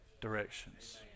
directions